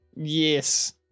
Yes